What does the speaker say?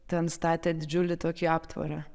ten statė didžiulį tokį aptvarą